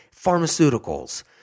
Pharmaceuticals